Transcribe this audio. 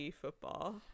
Football